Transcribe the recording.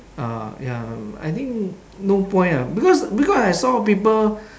ah ya I think no point ah because because I saw people